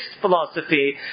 philosophy